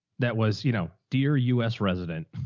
that was, you know, dear u s resident.